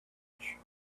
dish